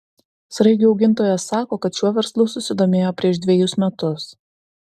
sraigių augintojas sako kad šiuo verslu susidomėjo prieš dvejus metus